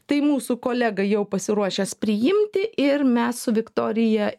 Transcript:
tai mūsų kolega jau pasiruošęs priimti ir mes su viktorija